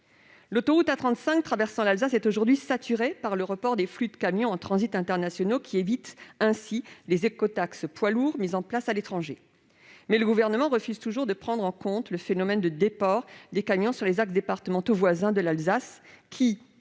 L'autoroute A35 traversant l'Alsace est aujourd'hui saturée par le report des flux de camions en transit international, qui évitent ainsi les écotaxes poids lourds mises en place à l'étranger. Mais le Gouvernement refuse toujours de prendre en compte le phénomène de déport des camions sur les axes départementaux voisins de l'Alsace, qui,